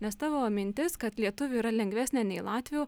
nes tavo mintis kad lietuvių yra lengvesnė nei latvių